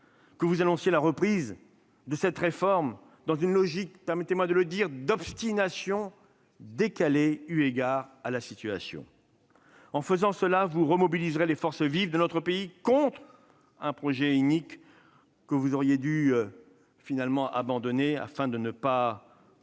que vous annonciez la reprise de cette réforme, dans une logique, permettez-moi de le dire, d'obstination décalée eu égard à la situation. En faisant cela, vous remobiliserez les forces vives de notre pays contre un projet inique que vous auriez dû finalement abandonner, afin de ne pas